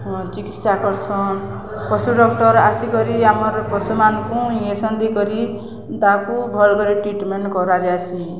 ଚିକିତ୍ସାକର୍ଷଣ ପଶୁ ଡ଼କ୍ଟର୍ ଆସିକରି ଆମର ପଶୁମାନଙ୍କୁ ଇଏସନ୍ତି କରି ତାକୁ ଭଲକି ଟ୍ରିଟମେଣ୍ଟ କରାଯାଏସି